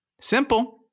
Simple